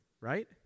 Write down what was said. right